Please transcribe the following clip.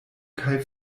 kaj